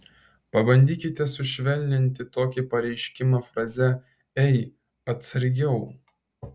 pabandykite sušvelninti tokį pareiškimą fraze ei atsargiau